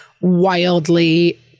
wildly